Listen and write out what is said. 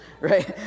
right